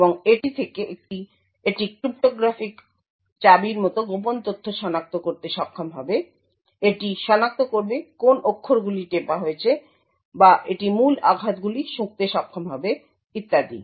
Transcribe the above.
এবং এটি থেকে এটি ক্রিপ্টোগ্রাফিক চাবির মতো গোপন তথ্য সনাক্ত করতে সক্ষম হবে এটি সনাক্ত করবে কোন অক্ষরগুলি টেপা হয়েছে বা এটি মূল আঘাতগুলি শুঁকতে সক্ষম হবে ইত্যাদি